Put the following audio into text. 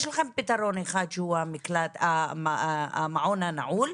יש לכם פתרון אחד שהוא המעון הנעול,